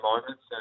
moments